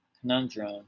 conundrum